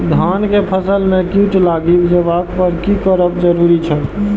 धान के फसल में कीट लागि जेबाक पर की करब जरुरी छल?